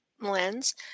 lens